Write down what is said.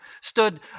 stood